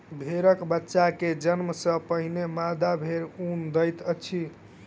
भेड़क बच्चा के जन्म सॅ पहिने मादा भेड़ ऊन दैत अछि